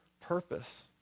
purpose